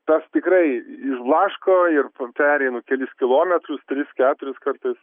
tas tikrai išblaško ir pereinu kelis kilometrus tris keturis kartais